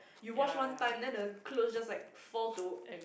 you wash one time then the clothes just like fall to